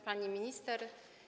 Pani Minister!